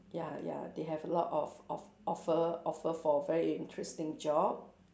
ya ya they have a lot of of~ offer offer for very interesting job